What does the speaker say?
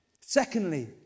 Secondly